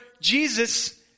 Jesus